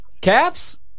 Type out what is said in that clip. Caps